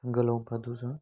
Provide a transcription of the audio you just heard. जंगल ऐं प्रदूषण